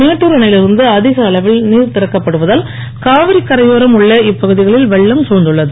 மேட்டூர் அணையில் இருந்து அதிக அளவில் நீர் திறக்கப்படுவதால் காவிரி கரையோரம் உள்ள இப்பகுதிகளில் வெள்ளம் தழ்ந்துள்ளது